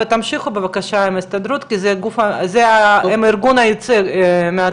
ותמשיכו בבקשה עם ההסתדרות כי זה הם הארגון המייצג,